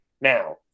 Now